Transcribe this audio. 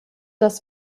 das